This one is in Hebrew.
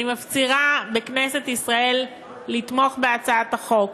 אני מפצירה בכנסת ישראל לתמוך בהצעת החוק.